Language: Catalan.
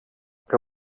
que